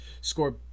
score